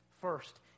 First